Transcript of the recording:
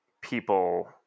people